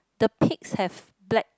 the pigs have black